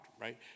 right